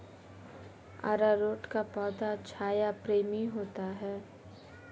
अरारोट का पौधा छाया प्रेमी होता है